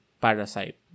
Parasite